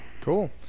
Cool